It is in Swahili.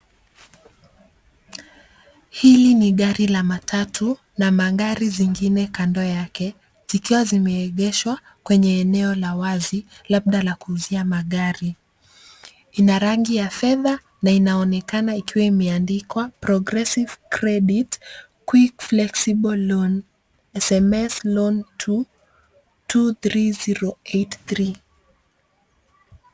Hili ni gari la matatu na mandhari zingine kando yake zikiwa zimeegeshwa kwenye eneo la wazi labda la kuuzia magari. Ina rangi ya fedha na inaonekana ikiwa imeandikwa Progressive Credit. Quick, Flexible Loan. SMS 'LOAN' to 23083 .